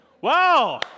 Wow